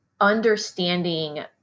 understanding